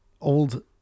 old